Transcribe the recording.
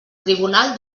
tribunal